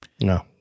No